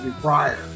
prior